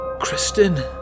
Kristen